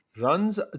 Runs